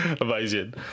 Amazing